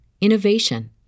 innovation